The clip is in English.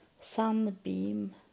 Sunbeam